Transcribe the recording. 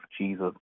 Jesus